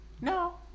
No